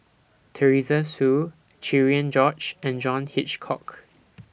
Teresa Hsu Cherian George and John Hitchcock